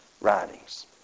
writings